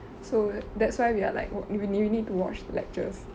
so that's why we are like we we need to watch lectures